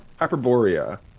Hyperborea